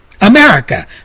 America